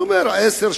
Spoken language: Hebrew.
והוא אמר: 10,